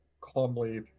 calmly